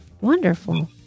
Wonderful